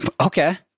Okay